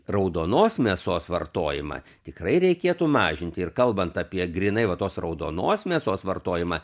raudonos mėsos vartojimą tikrai reikėtų mažinti ir kalbant apie grynai va tos raudonos mėsos vartojimą